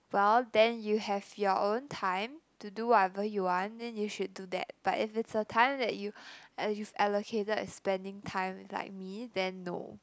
well then you have your own time to do whatever you want then you should do that but if it's a time that you you've allocated spending time with like me then no